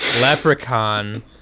Leprechaun